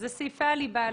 אלו סעיפי הליבה.